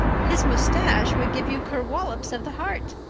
his moustache would give you kerwollowps of the heart.